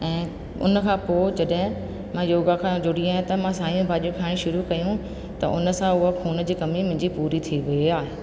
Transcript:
ऐं उन खां पोइ जॾहिं मां योगा खां जुड़ी आहियां त मां साइयूं भाॼियूं खाइणु शुरू कयूं त उन सां उहा खून जी कमी मुंहिंजी पूरी थी वई आहे